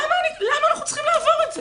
למה אנחנו צריכים לעבור את זה?